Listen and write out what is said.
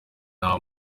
nta